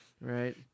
right